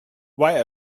why